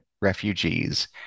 refugees